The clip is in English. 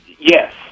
Yes